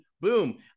boom